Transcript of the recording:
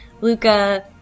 Luca